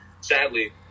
sadly